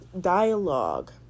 dialogue